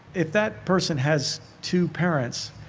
if that person has two parents,